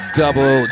double